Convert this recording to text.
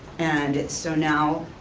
and so now,